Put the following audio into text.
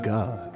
God